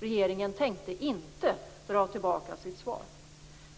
Regeringen tänkte inte dra tillbaka sitt förslag.